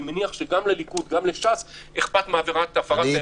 אני מניח שגם לליכוד וגם לש"ס אכפת מעבירת הפרת האמונים.